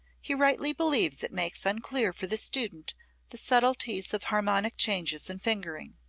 he rightly believes it makes unclear for the student the subtleties of harmonic changes and fingering.